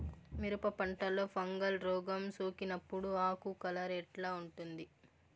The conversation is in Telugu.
మిరప పంటలో ఫంగల్ రోగం సోకినప్పుడు ఆకు కలర్ ఎట్లా ఉంటుంది?